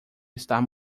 estar